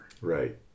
Right